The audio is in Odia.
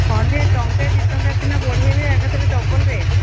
ହଁ ଯେ ଟଙ୍କେ ଦୁଇ ଟଙ୍କା ସିନା ବଢ଼େଇବେ ଏକାଥରେ ଡବଲ ରେଟ୍